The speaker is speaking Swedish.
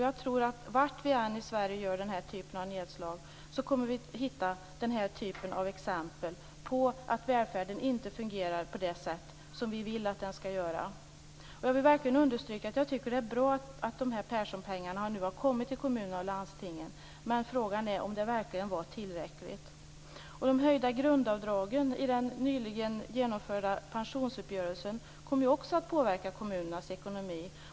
Jag tror att var i Sverige vi än gör den här typen av nedslag så kommer vi att hitta denna typ av exempel på att välfärden inte fungerar på det sätt som vi vill att den skall göra. Jag vill verkligen understryka att det är bra att Perssonpengarna nu har kommit till kommunerna och landstingen men frågan är om det verkligen är tillräckligt. De höjda grundavdragen i den nyligen genomförda pensionsuppgörelsen kommer också att påverka kommunernas ekonomi.